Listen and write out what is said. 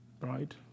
Right